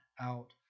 out